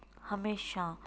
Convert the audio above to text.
ਹਮੇਸ਼ਾਂ